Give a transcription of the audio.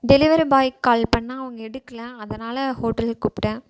delivery பாயிக்கு call பண்ணால் அவங்க எடுக்கலை அதனால் ஹோட்டலுக்கு கூப்பிட்டேன்